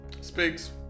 speaks